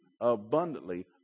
abundantly